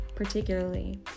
particularly